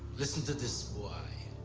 listen to this, boy.